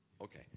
Okay